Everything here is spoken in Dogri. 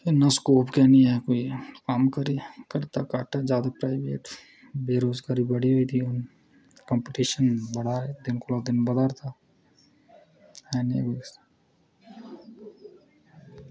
इन्ना स्कोप निं ऐ कोई जादै प्राईवेट बेरोज़गारी बड़ी होई दी कम्पीटिशन बड़ा ऐ दोनों दिन बधा दा ऐ